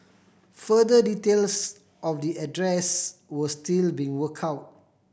further details of the address were still being work out